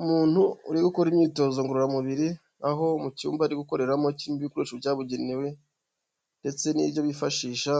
Umuntu uri gukora imyitozo ngororamubiri aho mu cyumba ari gukoreramo kirimo ibikoresho byabugenewe ndetse n'ibyo bifashisha